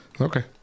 Okay